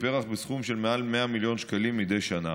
פר"ח בסכום של מעל 100 מיליון שקלים מדי שנה.